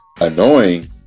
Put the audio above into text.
annoying